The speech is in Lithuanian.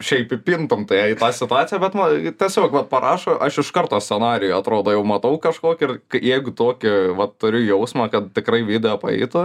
šiaip įpintum tu ją į tą situaciją bet ma tiesiog vat parašo aš iš karto scenarijų atrodo jau matau kažkokį ir jeigu tokį vat turiu jausmą kad tikrai video pajuto